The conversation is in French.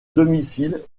domicile